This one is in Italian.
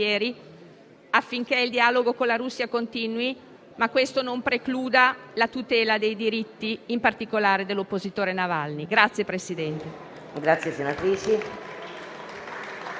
affinché il dialogo con la Russia continui, ma che questo non precluda la tutela dei diritti, in particolare dell'oppositore Navalny.